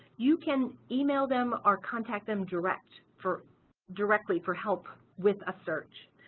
you can email them are contact them directly for directly for help with a search.